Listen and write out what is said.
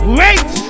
wait